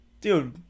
dude